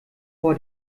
vor